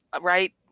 right